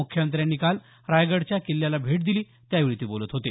मुख्यमंत्र्यांनी काल रायगडच्या किल्ल्याला भेट दिली त्यावेळी ते बोलत होते